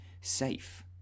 safe